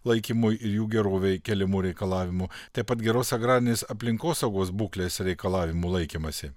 laikymui ir jų gerovei keliamų reikalavimų taip pat geros agrarinės aplinkosaugos būklės reikalavimų laikymąsi